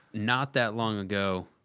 not that long ago,